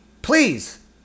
Please